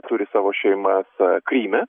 turi savo šeimas kryme